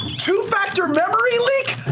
two-factor memory leak?